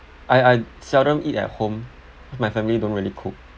I I seldom eat at home cause my family don't really cook